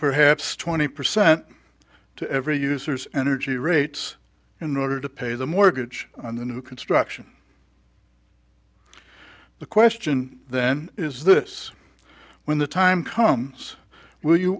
perhaps twenty percent to every user's energy rates in order to pay the mortgage on the new construction the question then is this when the time comes